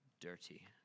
dirty